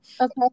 Okay